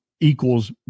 equals